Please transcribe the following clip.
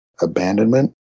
abandonment